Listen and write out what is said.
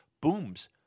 booms